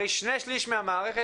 הרי שני שליש מהמערכת,